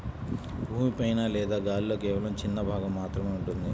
భూమి పైన లేదా గాలిలో కేవలం చిన్న భాగం మాత్రమే ఉంటుంది